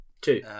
Two